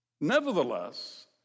Nevertheless